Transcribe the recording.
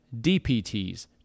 DPTs